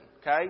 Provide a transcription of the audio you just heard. okay